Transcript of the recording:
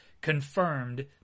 confirmed